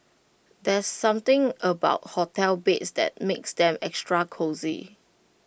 there's something about hotel beds that makes them extra cosy